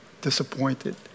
disappointed